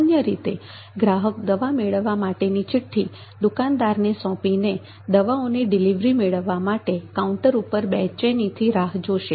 સામાન્ય રીતે ગ્રાહક દવા મેળવવા માટેની ચીઠ્ઠી દુકાનદારને સોંપીને દવાઓની ડિલિવરી મેળવવા માટે કાઉન્ટર ઉપર બેચેનીથી રાહ જોશે